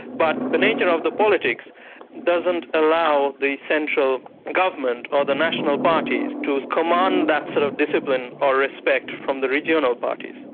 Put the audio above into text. but the nature of the politics doesn't allow the central government, or the national parties to command that sort of discipline or respect from the regional parties.